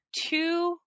two